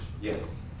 Yes